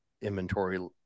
inventory